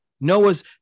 Noah's